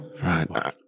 Right